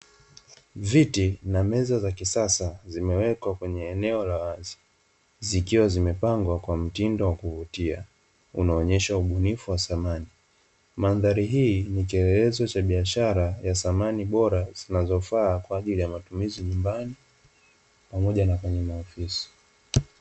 Viti na meza za kisasa zimewekwa kwenye eneo la wazi zikiwa zimepangwa kwa mtindo wa kuvutia unaonyesha ubunifu wa samani. Mandhari hii ni kielelezo cha biashara ya samani bora zinazofaa kwa ajili ya matumizi nyumbani pamoja na kwenye maofisi.